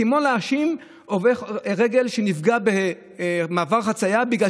זה כמו להאשים הולך רגל שנפגע במעבר חציה בגלל